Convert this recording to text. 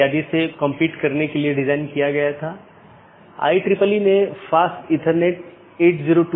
अगर हम पिछले व्याख्यान या उससे पिछले व्याख्यान में देखें तो हमने चर्चा की थी